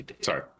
sorry